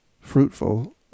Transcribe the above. fruitful